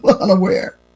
unaware